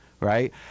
right